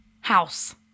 House